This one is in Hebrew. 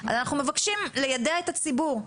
אנחנו מבקשים ליידע את הציבור.